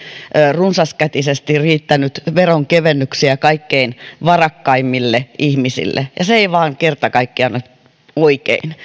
runsaskätisesti riittänyt veronkevennyksiä kaikkein varakkaimmille ihmisille ja se ei vain kerta kaikkiaan ole oikein